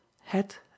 het